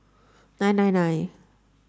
nine nine nine